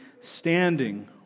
standing